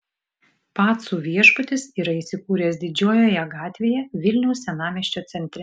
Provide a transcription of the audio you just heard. pacų viešbutis yra įsikūręs didžiojoje gatvėje vilniaus senamiesčio centre